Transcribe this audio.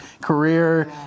career